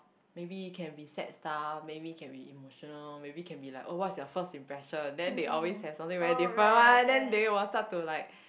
maybe you can be sad stuff maybe can be emotional maybe can be like oh what's your first impression then they always have something very different one then they will start to like